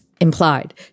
implied